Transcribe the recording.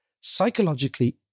psychologically